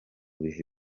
bihe